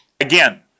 again